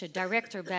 director